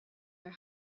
are